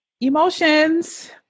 emotions